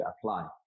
apply